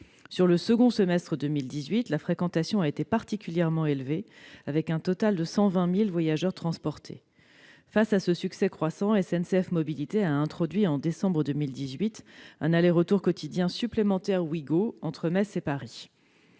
Sur le second semestre 2018, la fréquentation a été particulièrement élevée, avec un total de 120 000 voyageurs transportés. Face à ce succès croissant, SNCF Mobilités a introduit, en décembre 2018, un aller-retour quotidien supplémentaire Ouigo entre Metz et Paris.